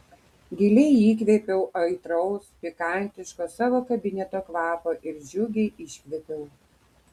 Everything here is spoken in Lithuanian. giliai įkvėpiau aitraus pikantiško savo kabineto kvapo ir džiugiai iškvėpiau